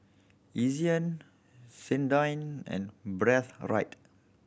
Ezion Sensodyne and Breathe Right